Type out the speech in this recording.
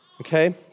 Okay